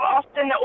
often